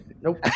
Nope